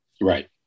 Right